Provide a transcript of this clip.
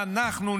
ואנחנו,